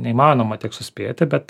neįmanoma tiek suspėti bet